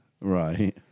Right